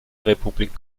republik